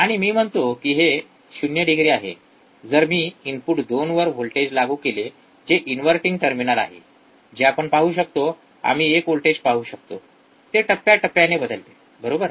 आणि मी म्हणतो की हे 0 डिग्री आहे जर मी इनपुट 2 वर व्होल्टेज लागू केले जे इन्व्हर्टिंग टर्मिनल आहे जे आपण पाहू शकतो आम्ही एक व्होल्टेज पाहू शकतो ते टप्प्याटप्प्याने बदलते बरोबर